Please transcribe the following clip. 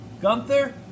Gunther